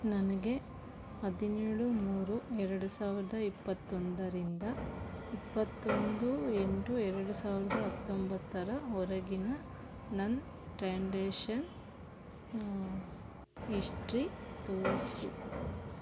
ನನಗೆ ಹದಿನೇಳು ಮೂರು ಎರಡು ಸಾವಿರದ ಇಪ್ಪತ್ತೊಂದರಿಂದ ಇಪ್ಪತ್ತೊಂದು ಎಂಟು ಎರಡು ಸಾವಿರದ ಹತ್ತೊಂಬತ್ತರವರೆಗಿನ ನನ್ನ ಟ್ರಾನ್ಡ್ರೇಷನ್ ಹಿಸ್ಟ್ರಿ ತೋರಿಸು